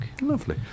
Lovely